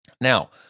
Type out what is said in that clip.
Now